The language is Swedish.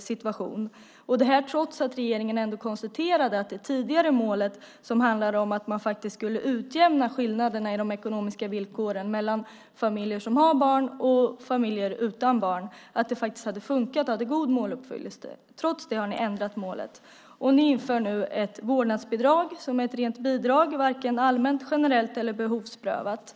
situation - detta trots att regeringen konstaterade att det tidigare målet som handlade om att man skulle utjämna skillnaderna i de ekonomiska villkoren mellan familjer som har barn och familjer utan barn hade uppnåtts. Det hade funkat, och måluppfyllelsen var god. Trots det har ni ändrat målet. Ni inför nu ett vårdnadsbidrag som ett rent bidrag, varken allmänt, generellt eller behovsprövat.